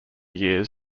years